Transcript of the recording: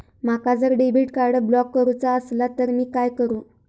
माका जर debit card block करूचा असला तर मी काय करू?